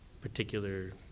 particular